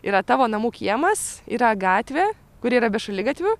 yra tavo namų kiemas yra gatvė kuri yra be šaligatvių